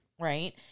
Right